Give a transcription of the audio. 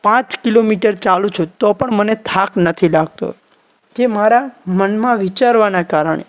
પાંચ કિલોમીટર ચાલુ છું તો પણ મને થાક નથી લાગતો તે મારા મનમાં વિચારવાના કારણે